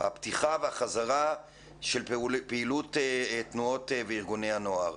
הפתיחה והחזרה של פעילות תנועות וארגוני הנוער,